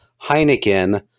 Heineken